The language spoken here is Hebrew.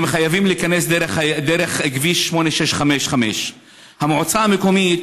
הם חייבים להיכנס דרך כביש 8655. המועצה המקומית,